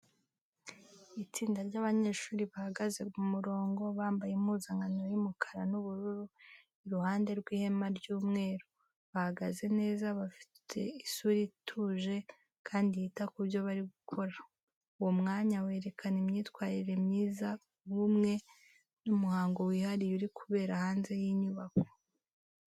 Itsinda ry’abanyeshuri bahagaze mu murongo, bambaye impuzankano y’umukara n’ubururu, iruhande rw’ihema ry’umweru. Bahagaze neza, bafite isura ituje kandi yita ku byo bari gukora. Uwo mwanya werekana imyitwarire myiza, ubumwe, n’umuhango wihariye uri kubera hanze y’inyubako.